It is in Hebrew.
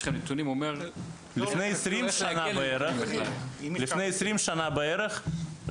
לכם נתונים --- לפני עשרים שנה בערך,